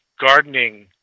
Gardening